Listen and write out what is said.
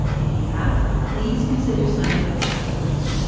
if you have, please consider signing up for slate. plus,